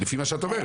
לפי מה שאת אומרת.